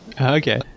Okay